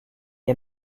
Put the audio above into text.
est